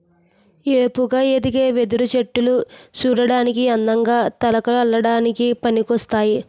ఏపుగా ఎదిగే వెదురు చెట్టులు సూడటానికి అందంగా, తడకలు అల్లడానికి పనికోస్తాయి